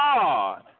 God